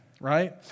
right